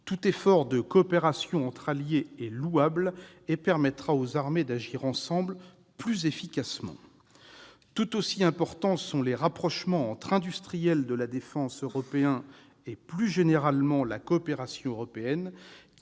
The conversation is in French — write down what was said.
Tout effort de coopération entre alliés est louable et permettra aux armées d'agir ensemble plus efficacement. Tout aussi importants sont les rapprochements entre industriels de la défense européens et, plus généralement, la coopération européenne,